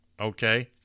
okay